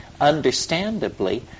Understandably